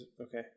Okay